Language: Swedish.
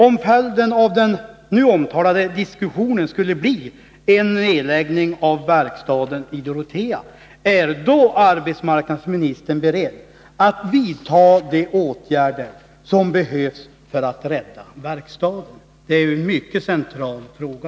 Om följden av den nu omtalade diskussionen skulle bli en nedläggning av verkstaden i Dorotea, är då arbetsmarknadsministern beredd att vidta de åtgärder som behövs för att rädda verkstaden? Detta är en mycket central fråga.